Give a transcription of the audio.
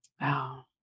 Wow